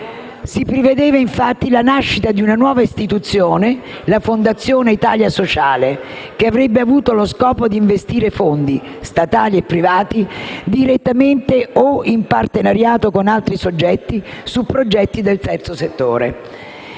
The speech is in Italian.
Si prevedeva infatti la nascita di una nuova istituzione, la Fondazione Italia sociale, che avrebbe avuto lo scopo di investire fondi (statali e privati), direttamente o in partenariato con altri soggetti, su progetti del terzo settore.